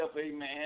amen